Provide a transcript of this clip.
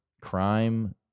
crime